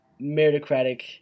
meritocratic